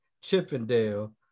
Chippendale